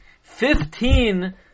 Fifteen